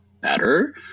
better